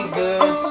good